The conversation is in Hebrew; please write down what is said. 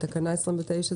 המשפטית.